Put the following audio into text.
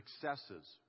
successes